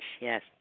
Yes